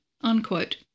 Unquote